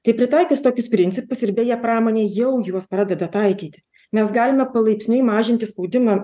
tai pritaikius tokius principus ir beje pramonė jau juos pradeda taikyti mes galime palaipsniui mažinti spaudimą